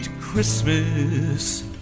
Christmas